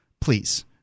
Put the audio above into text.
please